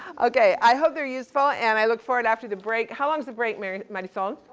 okay, i hope they're useful and i look forward after the break, how long's the break, mary, marisol?